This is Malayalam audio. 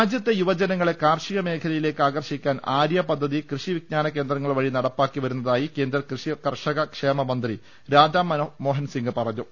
രാജ്യത്തെ യുവജനങ്ങളെ കാർഷിക മേഖലയിലേക്ക് ആകർഷിക്കാൻ ആ ര്യ പദ്ധതി കൃഷി വിജ്ഞാന കേന്ദ്രങ്ങൾ വഴി നടപ്പാക്കി വരുന്നതായി കേന്ദ്ര കൃഷി കർഷക ക്ഷേമ മന്ത്രി രാധ മോഹൻസിംഗ് പറഞ്ഞു